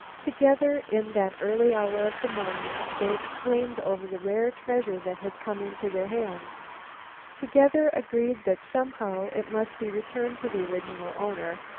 together, in that early hour of the morning, they exclaimed over the rare treasure that had come into their hands together agreed that, somehow, it must be returned to the original owner,